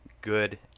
good